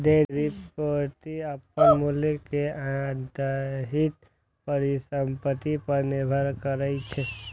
derivative अपन मूल्य लेल अंतर्निहित परिसंपत्ति पर निर्भर करै छै